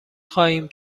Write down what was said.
خواهیم